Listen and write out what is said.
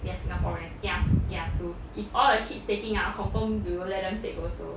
we are singaporeans kiasi kiasu if all the kids taking ah confirm you know let them take also